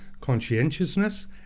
conscientiousness